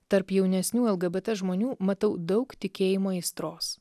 tarp jaunesnių lgbt žmonių matau daug tikėjimo aistros